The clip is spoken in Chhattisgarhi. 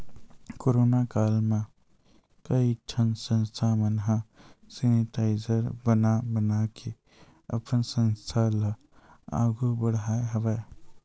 कोरोना काल म कइ ठन संस्था मन ह सेनिटाइजर बना बनाके अपन संस्था ल आघु बड़हाय हवय